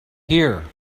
here